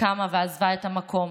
קמה ועזבה את המקום.